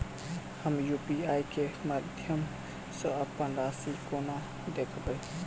हम यु.पी.आई केँ माध्यम सँ अप्पन राशि कोना देखबै?